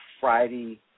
Friday